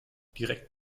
direkt